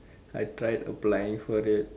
I tried applying for it